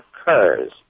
occurs